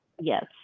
Yes